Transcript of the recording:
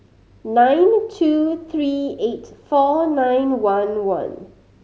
nine two three eight four nine one one